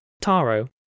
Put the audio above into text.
Taro